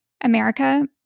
America